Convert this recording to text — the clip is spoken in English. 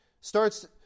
starts